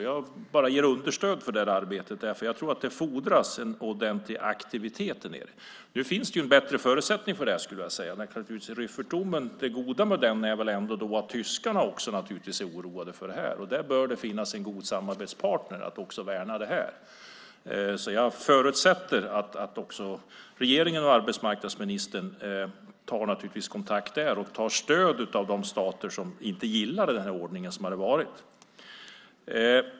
Jag ger bara understöd för detta arbete därför att jag tror att det fordras en ordentlig aktivitet där nere. Nu finns det bättre förutsättningar för det i och med Rüffertdomen. Det goda med den är att tyskarna också är oroade för detta, och där bör det finnas en god samarbetspartner för att värna om detta. Jag förutsätter att regeringen och arbetsmarknadsministern tar kontakt med och tar stöd av de stater som inte gillar den ordning som har varit.